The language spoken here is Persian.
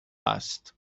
است